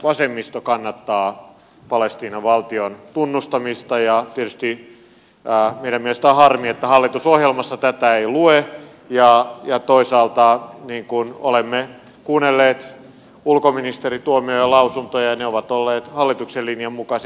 vasemmisto kannattaa palestiinan valtion tunnustamista ja tietysti meidän mielestämme on harmi että hallitusohjelmassa tätä ei lue ja toisaalta kun olemme kuunnelleet ulkoministeri tuomiojan lausuntoja ne ovat olleet hallituksen linjan mukaisia